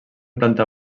planta